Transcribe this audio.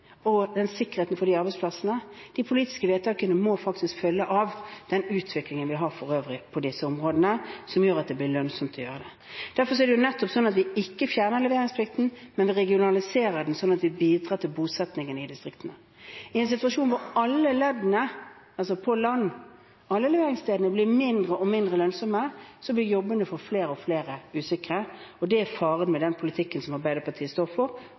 og den sikkerheten for de arbeidsplassene. De politiske vedtakene må faktisk følge av den utviklingen vi har for øvrig på disse områdene, som gjør at det blir lønnsomt å gjøre det. Derfor er det nettopp sånn at vi ikke fjerner leveringsplikten, men vi regionaliserer den, sånn at vi bidrar til bosettingen i distriktene. I en situasjon hvor alle leddene på land, alle leveringsstedene, blir mindre og mindre lønnsomme, så blir jobbene for flere og flere usikre, og det er faren med den politikken som Arbeiderpartiet står for,